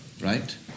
Right